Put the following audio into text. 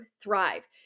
thrive